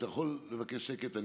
אתה יכול לבקש שקט?